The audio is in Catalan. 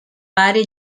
pare